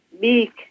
big